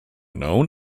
known